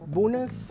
Bonus